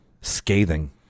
Scathing